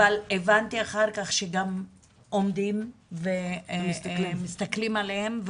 אבל הבנתי אחר כך שגם עומדים ומסתכלים עליהם,